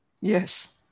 Yes